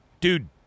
dude